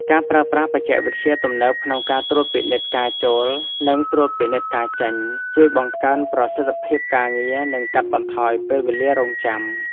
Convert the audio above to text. ការប្រើប្រាស់បច្ចេកវិទ្យាទំនើបក្នុងការត្រួតពិនិត្យការចូលនិងត្រួតពិនិត្យការចេញ ជួយបង្កើនប្រសិទ្ធភាពការងារនិងកាត់បន្ថយពេលវេលារង់ចាំ។